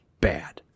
bad